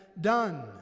done